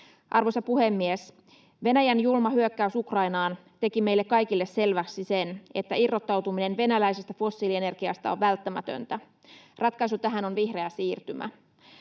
Arvoisa puhemies! Venäjän julma hyökkäys Ukrainaan teki meille kaikille selväksi sen, että irrottautuminen venäläisestä fossiilienergiasta on välttämätöntä. Ratkaisu tähän on vihreä siirtymä.